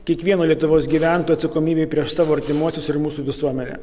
kiekvieno lietuvos gyventojo atsakomybė prieš savo artimuosius ir mūsų visuomenę